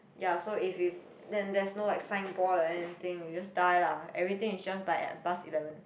ya so if if then there's no like sign board or anything you just die lah everything is just by bus eleven